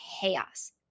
chaos